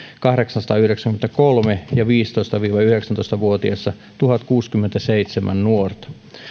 kahdeksansataayhdeksänkymmentäkolme ja viisitoista viiva yhdeksäntoista vuotiaissa tuhatkuusikymmentäseitsemän nuorta